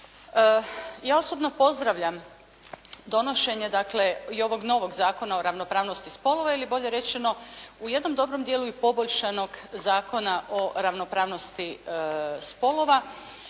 Ja osobno pozdravljam donošenje dakle, i ovog novog Zakona o ravnopravnosti spolova ili bolje rečeno u jednom dobrom djelu i poboljšanog Zakona o ravnopravnosti spolova,